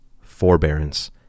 forbearance